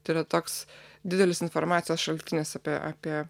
tai yra toks didelis informacijos šaltinis apie apie